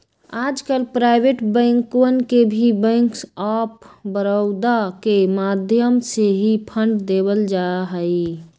आजकल प्राइवेट बैंकवन के भी बैंक आफ बडौदा के माध्यम से ही फंड देवल जाहई